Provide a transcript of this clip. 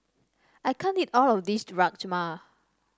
I can't eat all of this Rajma